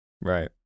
Right